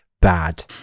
bad